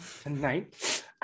tonight